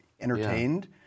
entertained